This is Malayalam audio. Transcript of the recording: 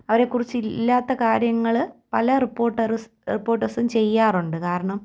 അവരെക്കുറിച്ചില്ലാത്ത കാര്യങ്ങൾ പല റിപ്പോർട്ടറിസ് റിപ്പോർട്ടേഴ്സ് ചെയ്യാറുണ്ട് കാരണം